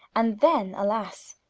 and then alas,